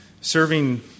Serving